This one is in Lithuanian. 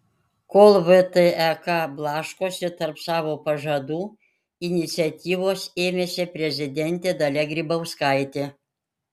kol vtek blaškosi tarp savo pažadų iniciatyvos ėmėsi prezidentė dalia grybauskaitė